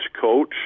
coach